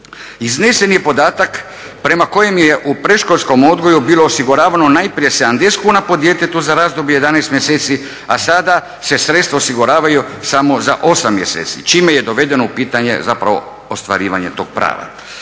Iznesen je podatak prema kojem je u predškolskom odgoju bilo osiguravano najprije 70 kuna po djetetu za razdoblje 11 mjeseci, a sada se sredstva osiguravaju samo za 8 mjeseci čime je dovedeno u pitanje zapravo ostvarivanje tog prava.